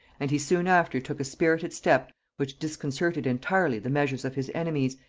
and he soon after took a spirited step which disconcerted entirely the measures of his enemies,